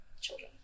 children